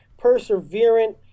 Perseverant